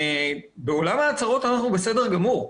בעולם ההצהרות אנחנו בסדר גמור.